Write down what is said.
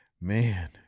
man